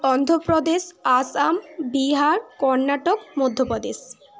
Andhra Pradesh Assam Bihar Karnataka Madhya Pradesh